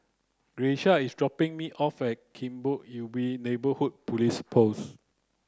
Grecia is dropping me off at Kebun Ubi Neighbourhood Police Post